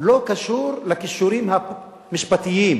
לא קשור לכישורים המשפטיים.